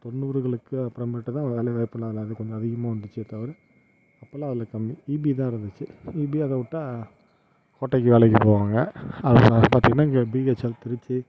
தொண்ணூறுகளுக்கு அப்புறமேட்டுதான் வேலைவாய்ப்பெலாம் கொஞ்சம் அதிகமாக வந்துச்சு தவிர அப்போல்லாம் வேலை கம்மி ஈபி தான் இருந்துச்சு ஈபி அதை விட்டால் ஹோட்டல்கு வேலைக்கு போவாங்க அப்புறம் பார்த்திங்கனா இங்கே பிஹெச்ஈஎல் திருச்சி